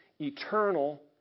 eternal